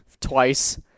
twice